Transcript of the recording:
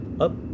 up